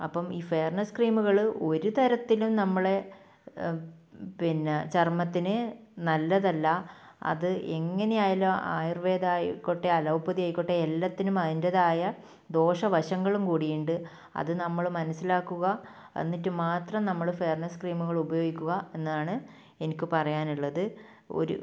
അപ്പം ഈ ഫെയർനെസ് ക്രീമുകൾ ഒരു തരത്തിലും നമ്മളെ പിന്നെ ചർമ്മത്തിന് നല്ലതല്ല അത് എങ്ങനെ ആയാലും ആയുർവേദം ആയിക്കോട്ടെ അലോപ്പതി ആയിക്കോട്ടെ എല്ലത്തിനും അതിൻറ്റേതായ ദോഷവശങ്ങളും കൂടിയിണ്ട് അത് നമ്മൾ മനസ്സിലാക്കുക എന്നിട്ട് മാത്രം നമ്മൾ ഫെയർനെസ് ക്രീമുകൾ ഉപയോഗിക്കുക എന്നതാണ് എനിക്ക് പറയാനുള്ളത് ഒരു